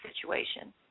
situation